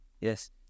Yes